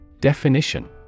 Definition